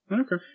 Okay